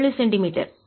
67 centimetre